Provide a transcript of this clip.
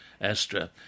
Astra